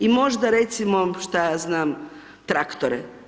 I možda recimo šta ja znam traktore.